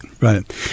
right